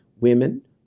women